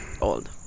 Old